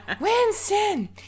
Winston